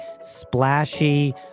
splashy